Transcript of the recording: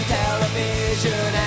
television